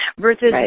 versus